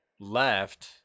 Left